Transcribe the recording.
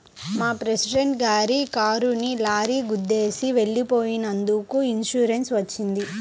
మా ప్రెసిడెంట్ గారి కారుని లారీ గుద్దేసి వెళ్ళిపోయినందుకు ఇన్సూరెన్స్ వచ్చింది